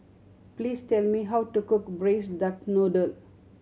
please tell me how to cook Braised Duck Noodle